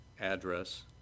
address